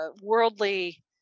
worldly